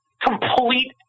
complete